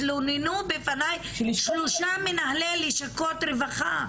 התלוננו לפני שלושה מנהלי לשכות רווחה.